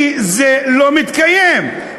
כי זה לא מתקיים.